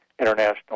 international